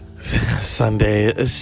Sunday